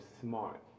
smart